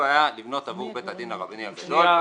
בעיה לבנות עבור בית הדין הרבני הגדול באותו מגרש.